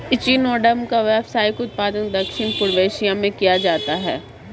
echinoderm का व्यावसायिक उत्पादन दक्षिण पूर्व एशिया में किया जाता है